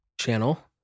channel